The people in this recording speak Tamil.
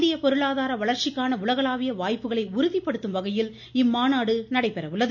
இந்திய பொருளாதார வளர்ச்சிக்கான உலகளாவிய வாய்ப்புகளை உறுதிப்படுத்தும் வகையில் இம்மாநாடு நடைபெறுகிறது